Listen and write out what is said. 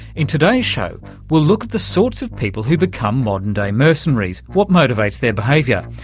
in today's show we'll look at the sorts of people who become modern day mercenaries, what motivates their behaviour.